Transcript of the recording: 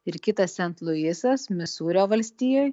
ir kitas sent luisas misūrio valstijoj